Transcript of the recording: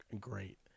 great